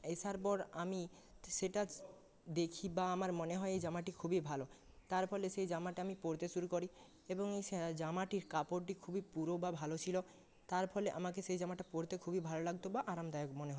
আসার পর আমি সেটা দেখি বা আমার মনে হয় এই জামাটি খুবই ভালো তার ফলে সেই জামাটা আমি পড়তে শুরু করি এবং জামাটির কাপড়টি খুবই পুরু বা ভালো ছিলো তার ফলে আমাকে সেই জামাটা পড়তে খুবই ভালো লাগতো বা আরামদায়ক মনে হতো